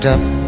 up